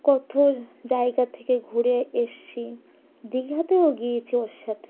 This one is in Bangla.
কত জায়গা থেকে ঘুরে এসেছি দীঘাতেও গিয়েছি ওর সাথে